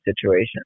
situation